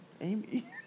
Amy